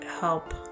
help